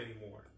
anymore